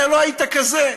אתה לא היית כזה.